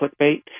clickbait